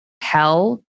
hell